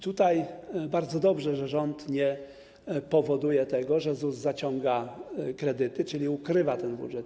Tutaj bardzo dobrze, że rząd nie powoduje tego, że ZUS zaciąga kredyty, czyli ukrywa ten budżet.